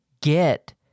get